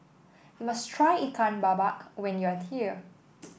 you must try Ikan Bakar when you are here